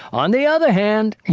on the other hand,